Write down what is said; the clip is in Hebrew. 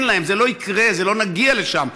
אין להם, זה לא יקרה, לא נגיע לשם.